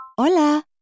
Hola